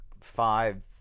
five